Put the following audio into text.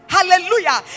Hallelujah